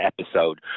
episode